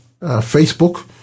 Facebook